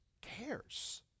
cares